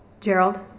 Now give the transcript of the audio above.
Gerald